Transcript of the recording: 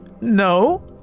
no